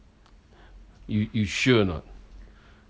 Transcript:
you you sure or not